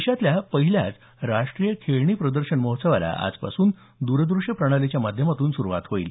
देशातल्या पहिल्याच राष्ट्रीय खेळणी प्रदर्शन महोत्सवाला आजपासून दूरदृश्य प्रणालीच्या माध्यमातून सुरुवात होईल